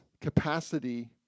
capacity